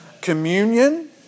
communion